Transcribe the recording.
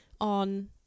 on